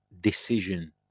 decision